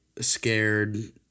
scared